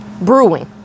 brewing